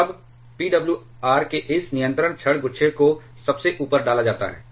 अब PWR के इस नियंत्रण क्षण गुच्छे को सबसे ऊपर डाला जाता है